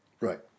Right